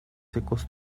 secos